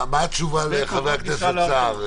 מה התשובה לחבר הכנסת סער?